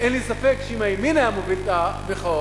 אין לי ספק שאם הימין היה מוביל את המחאות,